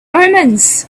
omens